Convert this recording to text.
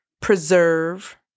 preserve